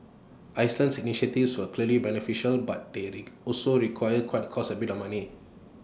Iceland's initiatives were clearly beneficial but they also require quite cost A bit of money